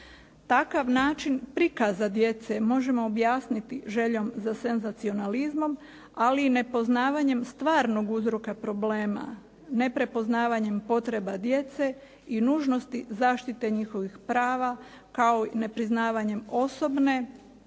Takav način prikaza djece možemo objasniti željom za senzacionalizmom, ali i nepoznavanjem stvarnog uzroka problema, neprepoznavanjem potreba djece i nužnosti zaštite njihovih prava kao i nepriznavanjem osobne,